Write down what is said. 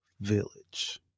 village